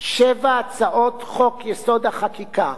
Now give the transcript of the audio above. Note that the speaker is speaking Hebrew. שבע הצעות חוק-יסוד: החקיקה,